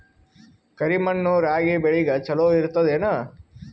ಕರಿ ಮಣ್ಣು ರಾಗಿ ಬೇಳಿಗ ಚಲೋ ಇರ್ತದ ಏನು?